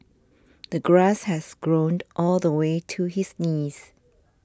the grass has grown all the way to his knees